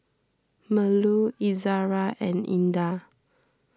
Melur Izara and Indah